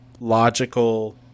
logical